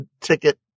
ticket